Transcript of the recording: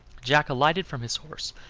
jack alighted from his horse,